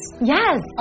Yes